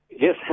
Yes